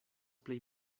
plej